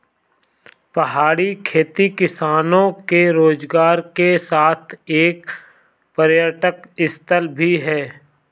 पहाड़ी खेती किसानों के रोजगार के साथ एक पर्यटक स्थल भी है